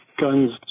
guns